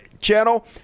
channel